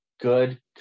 Good